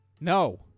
No